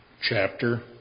chapter